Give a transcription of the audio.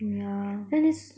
yeah